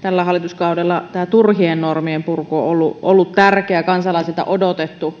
tällä hallituskaudella tämä turhien normien purku on on ollut ollut tärkeä kansalaisten odottama